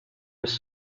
was